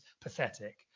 pathetic